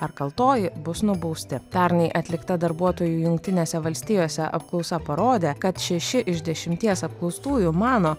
ar kaltoji bus nubausti pernai atlikta darbuotojų jungtinėse valstijose apklausa parodė kad šeši iš dešimties apklaustųjų mano